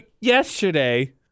yesterday